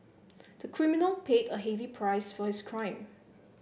the criminal paid a heavy price for his crime